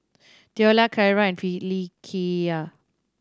Theola Carra and Phylicia